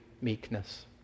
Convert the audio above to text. meekness